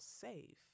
safe